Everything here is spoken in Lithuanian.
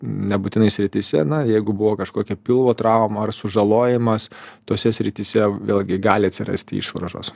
nebūtinai srityse na jeigu buvo kažkokia pilvo trauma ar sužalojimas tose srityse vėlgi gali atsirasti išvaržos